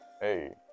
hey